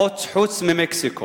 חוץ ממקסיקו,